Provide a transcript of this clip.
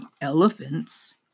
elephants